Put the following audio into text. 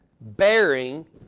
Bearing